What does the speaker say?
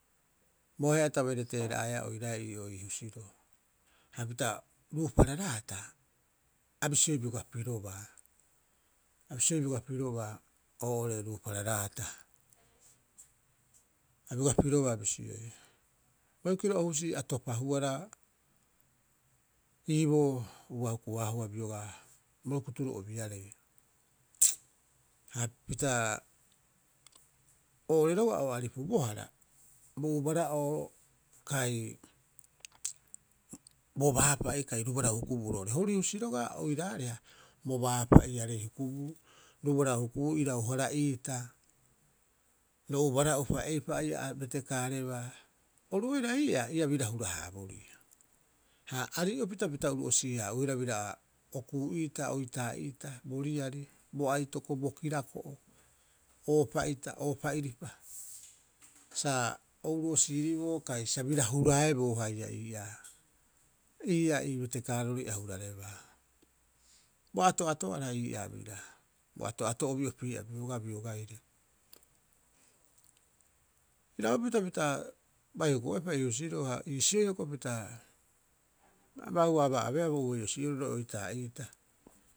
Bo ahe'a ta baire teera'aea oiraae ii'oo ii husiroo. Hapita ruupara raata, a bisioi bioga pirobaa, a bisioi bioga pirobaa oo'ore ruupara raata. A bioga piroba bisioi, bikiro o husii topahuara iiboo ua hukuhaahua biogaa bo rukuturo'obiarei. Hapita oo'ore roga'a a o aripubohara, bo ubara'oo kai bo baapa'i kai, rubarau hukubuu roo'ore. Hori husi roga'a oiraareha bo baapa'iarei hukubuu, rubarau hukubuu ira- hara'iita ro ubara'upa eipa'oo ia betekaareba, oru oira ii'aa ia bira hurahaaborii. Ha arii'opita pita uruu'osii- haa'uihara biraa okuu'iita, oitaa'iita, bo riari, bo aitoko, bo kirako'o. Oopa'ia oopa'iripa sa o uruu'osiiriboo kai sa bira huraeboo haia ii'aa, ii'aa ii betekaarori ahurarebaa. Bo ato'ato'ara ii'aa biraa, bo ato'ato'obi opii'a biobaa biogaire. Iraupita pita bai huku'oepa ii husiroo ha iisioi hioko'i a bauabaa abee bo ube'osii'oro ro oitaa'iita.